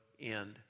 end